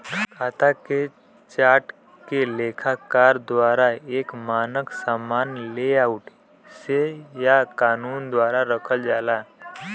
खाता के चार्ट के लेखाकार द्वारा एक मानक सामान्य लेआउट से या कानून द्वारा रखल जाला